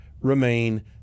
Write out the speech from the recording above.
remain